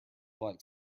like